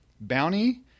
Bounty